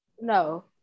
No